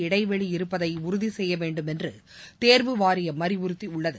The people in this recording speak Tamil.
இடைவெளி இருப்பதைஉறுதிசெய்யவேண்டும் என்றுதேர்வு வாரியம் அறிவுறுத்தியுள்ளது